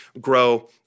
grow